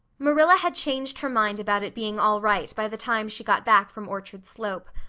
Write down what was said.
marilla had changed her mind about it being all right by the time she got back from orchard slope.